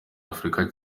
afurika